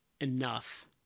enough